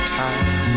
time